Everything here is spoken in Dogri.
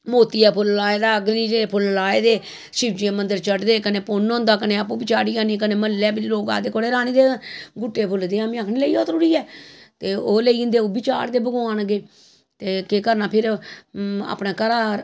मोती दा फुल्ल लाए दा अगरी दे फुल्ल लाए दे शिवजी दे मन्दर चढ़दे कन्नै पुन्न होंदा कन्नै में आपूं बी चाढ़ी औनी कन्नै मह्ल्लै बी आखदे कुड़े रानी गुट्टे दे फुल्ल देआं में आखनी लेई जाओ त्रोड़ियै ते ओह् लेई जंदे ओह् बी चाढ़दे भगवान अग्गें ते केह् करना फिर अपनै घरा र